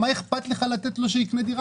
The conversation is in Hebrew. מה איכפת לך לתת לו שיקנה דירה?